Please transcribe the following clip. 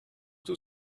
tout